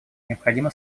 необходимо